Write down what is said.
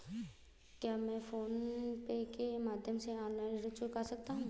क्या मैं PhonePe के माध्यम से ऑनलाइन ऋण चुका सकता हूँ?